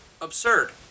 Absurd